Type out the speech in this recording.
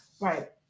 right